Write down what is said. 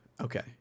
okay